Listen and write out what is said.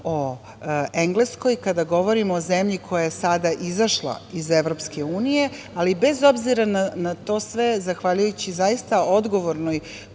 o Engleskoj i kada govorimo o zemlji koja je sada izašla iz EU.Ali, bez obzira na to sve, zahvaljujući zaista odgovornoj